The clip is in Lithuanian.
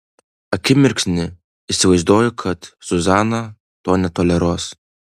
akimirksnį įsivaizduoju kad zuzana to netoleruos